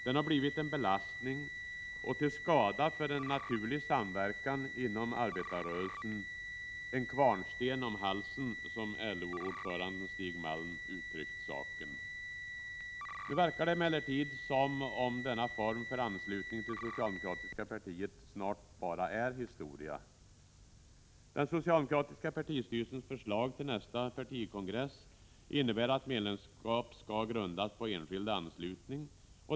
Den har blivit en belastning och till skada för en naturlig samverkan inom arbetarrörelsen, en kvarnsten om halsen, som LO-ordföranden Stig Malm uttryckt saken. Nu verkar det emellertid som om denna form för anslutning till det socialdemokratiska partiet snart bara är historia. Den socialdemokratiska partistyrelsens förslag till nästa partikongress innebär att medlemskap skall grundas på enskild anslutning.